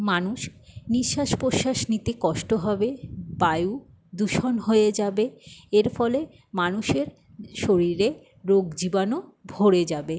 মানুষ নিঃশ্বাস প্রশ্বাস নিতে কষ্ট হবে বায়ু দূষণ হয়ে যাবে এর ফলে মানুষের শরীরে রোগ জীবাণু ভরে যাবে